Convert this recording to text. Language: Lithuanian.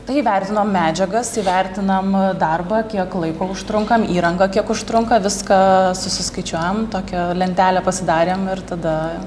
tai įvertinom medžiagas įvertinam darbą kiek laiko užtrunkam įranga kiek užtrunka viską susiskaičiuojam tokią lentelę pasidarėm ir tada